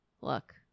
Look